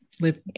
live